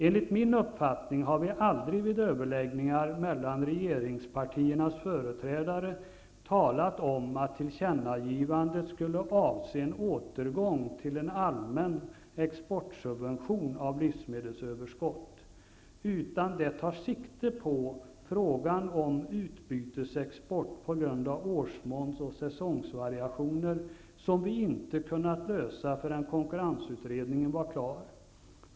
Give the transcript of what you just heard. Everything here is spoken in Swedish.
Enligt min uppfattning har vi aldrig vid överläggningar mellan regeringspartiernas företrädare talat om att tillkännagivandet skulle avse en återgång till en allmän exportsubvention av livsmedelsöverskott, utan det tar sikte på frågan om utbytesexport på grund av årsmåns och säsongvariationer som vi inte kunde lösa förrän konkurrensutredningen var klar.